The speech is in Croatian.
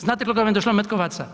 Znate koliko vam je došlo Metkovaca?